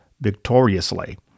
victoriously